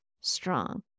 strong